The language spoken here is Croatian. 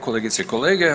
Kolegice i kolege.